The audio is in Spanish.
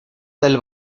del